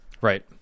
Right